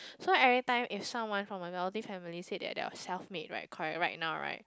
so every time if someone from my faculty family said that they are self made right correct right now right